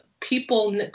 people